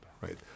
right